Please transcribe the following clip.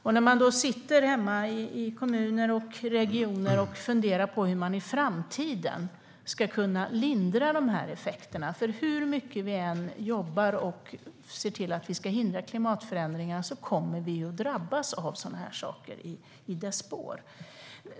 I kommuner och regioner sitter man och funderar på hur man i framtiden ska kunna lindra dessa effekter, för hur mycket vi än jobbar och ser till att vi ska hindra klimatförändringarna kommer vi att drabbas av sådana här saker i klimatförändringarnas spår.